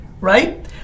right